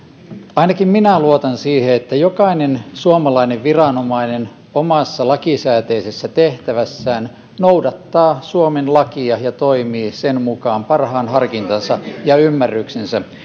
ainakin minä luotan siihen että jokainen suomalainen viranomainen omassa lakisääteisessä tehtävässään noudattaa suomen lakia ja toimii sen mukaan parhaan harkintansa ja ymmärryksensä